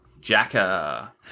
Jacka